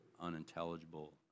unintelligible